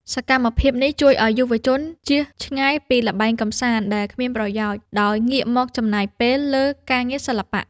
សកម្មភាពនេះជួយឱ្យយុវជន ជៀសឆ្ងាយពីល្បែងកម្សាន្តដែលគ្មានប្រយោជន៍ ដោយងាកមកចំណាយពេលលើការងារសិល្បៈ។